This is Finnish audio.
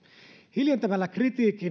hiljentämällä kritiikki